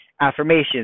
Affirmations